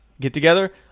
get-together